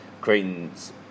Creighton's